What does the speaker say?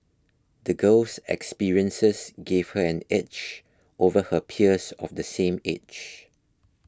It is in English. the girl's experiences gave her an edge over her peers of the same age